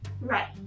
right